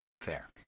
Fair